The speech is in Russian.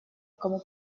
кому